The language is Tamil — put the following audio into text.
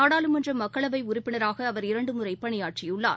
நாடாளுமன்ற மக்களவை உறுப்பினராக அவர் இரண்டு முறை பணியாற்றியுள்ளார்